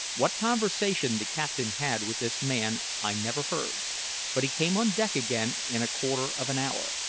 what conversation the captain had with this man i never heard but he came on deck again in a quarter of an hour,